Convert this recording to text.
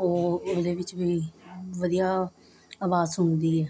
ਉਹ ਉਹਦੇ ਵਿੱਚ ਵੀ ਵਧੀਆ ਆਵਾਜ਼ ਸੁਣਦੀ